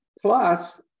plus